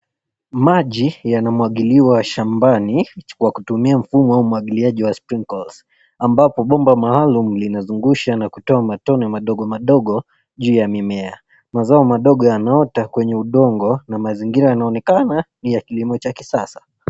Maji yanamwagiliwa shambani kwa kutumia mfumo wa umwagiliaji wa sprinkles ambapo bomba maalum linazungusha na kutoa matone madogo madogo juu ya mimea. Mazao madogo yanaota kwenye udongo na mazingira yanaonekana ya kilimo cha kisasa.